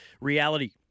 reality